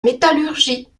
métallurgie